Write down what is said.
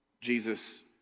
Jesus